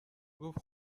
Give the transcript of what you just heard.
گفت